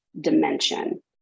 dimension